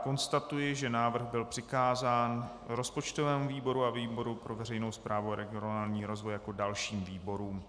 Konstatuji, že návrh byl přikázán rozpočtovému výboru a výboru pro veřejnou správu a regionální rozvoj jako dalším výborům.